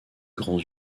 grands